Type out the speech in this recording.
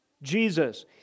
Jesus